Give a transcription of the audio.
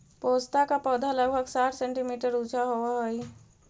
पोस्ता का पौधा लगभग साठ सेंटीमीटर ऊंचा होवअ हई